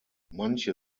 manche